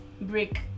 break